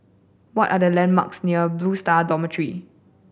what are the landmarks near Blue Star Dormitory